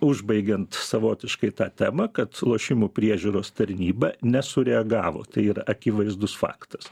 užbaigiant savotiškai tą temą kad lošimų priežiūros tarnyba nesureagavo tai yra akivaizdus faktas